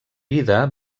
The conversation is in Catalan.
vida